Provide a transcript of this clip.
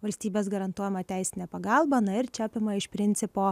valstybės garantuojamą teisinę pagalbą na ir čia apima iš principo